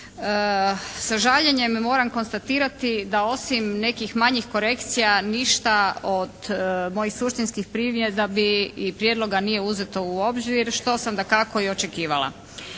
Sa žaljenjem moram konstatirati da osim nekih manjih korekcija ništa od mojih suštinskih primjedbi i prijedloga nije uzeto u obzir što sam dakako i očekivala.